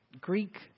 Greek